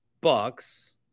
bucks